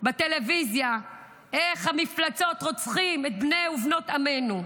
בטלוויזיה איך המפלצות רוצחים את בני ובנות עמנו.